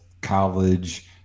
college